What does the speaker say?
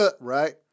Right